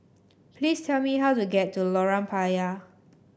please tell me how to get to Lorong Payah